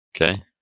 okay